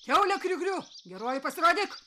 kiaule kriu kriu geroji pasirodyk